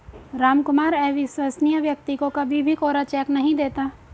रामकुमार अविश्वसनीय व्यक्ति को कभी भी कोरा चेक नहीं देता